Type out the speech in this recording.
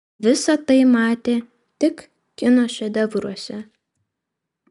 visa tai matė tik kino šedevruose